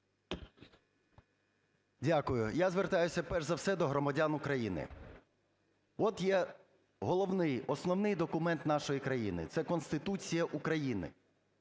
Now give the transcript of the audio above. Дякую. Я звертаюся, перш за все, до громадян України. От є головний, основний документ нашої країни – це Конституція України,